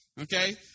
okay